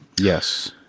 yes